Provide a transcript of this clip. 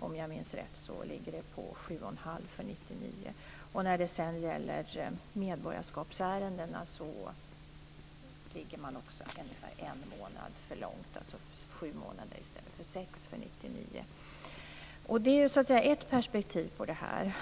om jag minns rätt låg det på sju och en halv månad 1999. Medborgarskapsärendena tog också ungefär en månad för lång tid. Det var alltså sju månader i stället för sex 1999. Det är ett perspektiv på det här.